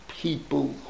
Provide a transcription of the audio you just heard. people